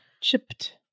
Chipped